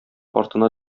артына